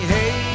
Hey